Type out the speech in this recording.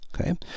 okay